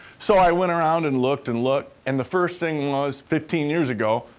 so i went around and looked and looked, and the first thing was fifteen years ago,